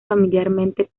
familiarmente